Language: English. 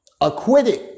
Acquitted